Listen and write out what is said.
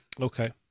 Okay